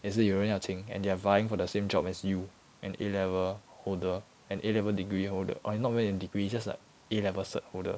也是有人要请 and they are vying for the same job as you an A level holder an A level degree holder oh you're not even in degree you're just like A level cert holder